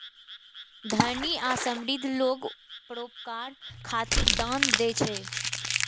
धनी आ समृद्ध लोग परोपकार खातिर दान दै छै